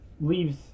Leaves